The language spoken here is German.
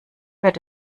wird